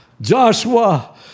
Joshua